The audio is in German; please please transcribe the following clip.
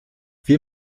wir